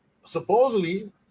supposedly